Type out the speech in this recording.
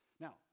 Now